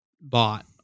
bought